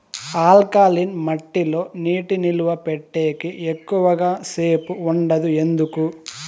alkaline మట్టి లో నీటి నిలువ పెట్టేకి ఎక్కువగా సేపు ఉండదు ఎందుకు